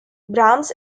brahms